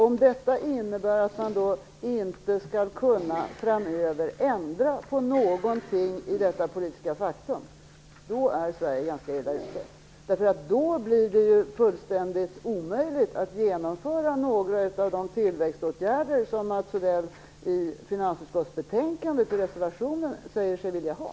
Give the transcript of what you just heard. Om detta innebär att man framöver inte skall kunna ändra på någonting i detta politiska faktum är Sverige ganska illa ute. Då blir det helt omöjligt att genomföra några av de tillväxtåtgärder som Mats Odell i reservation till finansutskottets betänkande säger sig vilja ha.